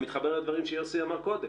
שגם מתחבר לדברים שיוסי אמר קודם.